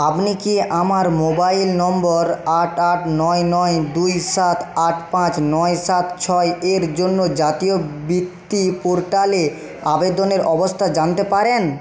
আপনি কি আমার মোবাইল নম্বর আট আট নয় নয় দুই সাত আট পাঁচ নয় সাত ছয় এর জন্য জাতীয় বৃত্তি পোর্টালে আবেদনের অবস্থা জানতে পারেন